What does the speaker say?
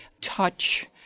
touch